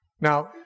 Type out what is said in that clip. Now